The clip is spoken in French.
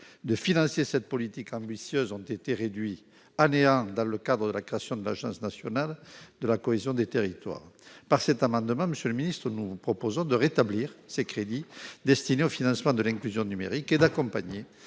de financer cette politique ambitieuse ont été réduits à néant, dans le cadre à la création de l'Agence nationale de la cohésion des territoires par cet amendement, Monsieur le Ministre, nous vous proposons de rétablir ces crédits destinés au financement de l'inclusion numérique et d'accompagner